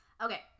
Okay